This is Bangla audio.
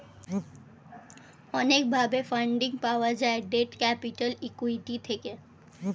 অনেক ভাবে ফান্ডিং পাওয়া যায় ডেট ক্যাপিটাল, ইক্যুইটি থেকে